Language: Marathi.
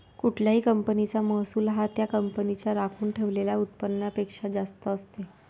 कुठल्याही कंपनीचा महसूल हा त्या कंपनीच्या राखून ठेवलेल्या उत्पन्नापेक्षा जास्त असते